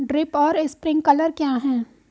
Drip और sprinkler क्या हैं?